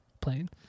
playing